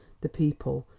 the people,